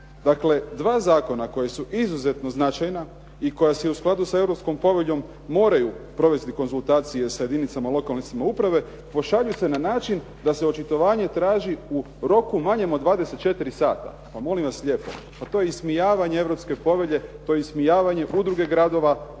Dakle, dva zakona koja su izuzetno značajna i koja su u skladu sa europskom poveljom moraju provesti konzultacije sa jedinicama lokane samouprave, pošalju se na način da se očitovanje traži u roku manjem od 24 sata. Pa molim vas lijepo, pa to je ismijavanje europske povelje, to je ismijavanje Udruge gradova,